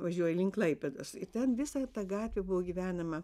važiuoja link klaipėdos ir ten visa ta gatvė buvo gyvenama